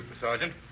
Sergeant